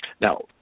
now